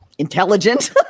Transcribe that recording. Intelligent